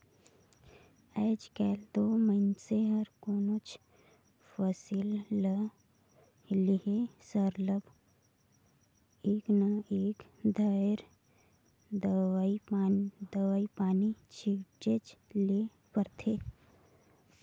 आएज काएल दो मइनसे हर कोनोच फसिल ल लेहे सरलग एक न एक धाएर दवई पानी छींचेच ले परथे